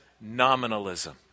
nominalism